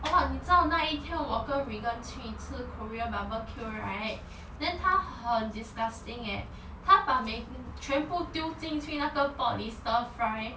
oh what 你知道那一天我跟 regan 去吃 korean barbecue right then 他 disgusting eh 他把全部丢进去那个 pot 里 stir fry